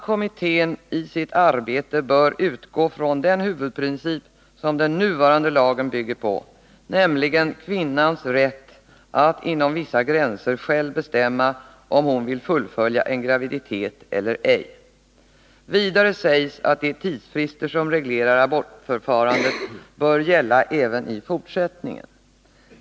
kommittén i sitt arbete bör utgå från den huvudprincip som den nuvarande lagen bygger på, nämligen kvinnans rätt att inom vissa gränser själv bestämma om hon vill fullfölja en graviditet eller ej. Vidare sägs att de tidsfrister som reglerar abortförfarandet bör gälla även i fortsättningen.